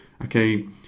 Okay